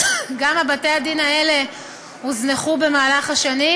גם בתי-הדין האלה הוזנחו במהלך השנים,